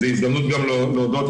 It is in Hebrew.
זו הזדמנות גם להודות,